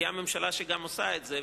מגיעה ממשלה שגם עושה את זה,